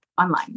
online